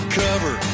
cover